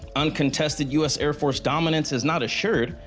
uncontested u s air force dominance is not assured,